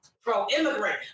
pro-immigrant